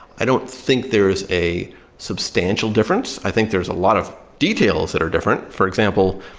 i don't think there is a substantial difference. i think there's a lot of details that are different. for example,